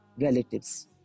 relatives